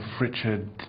Richard